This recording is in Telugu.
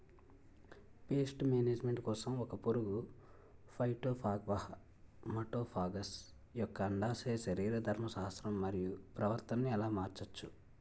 పేస్ట్ మేనేజ్మెంట్ కోసం ఒక పురుగు ఫైటోఫాగస్హె మటోఫాగస్ యెక్క అండాశయ శరీరధర్మ శాస్త్రం మరియు ప్రవర్తనను ఎలా మార్చచ్చు?